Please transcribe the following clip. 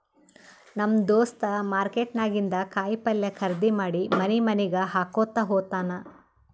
ನಮ್ ದೋಸ್ತ ಮಾರ್ಕೆಟ್ ನಾಗಿಂದ್ ಕಾಯಿ ಪಲ್ಯ ಖರ್ದಿ ಮಾಡಿ ಮನಿ ಮನಿಗ್ ಹಾಕೊತ್ತ ಹೋತ್ತಾನ್